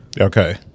Okay